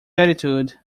attitude